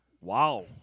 Wow